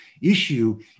issue